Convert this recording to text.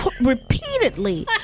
repeatedly